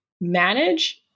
manage